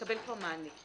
מקבל פה מענה.